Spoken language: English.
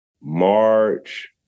March